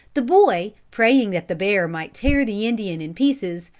the boy, praying that the bear might tear the indian in pieces,